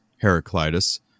Heraclitus